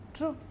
True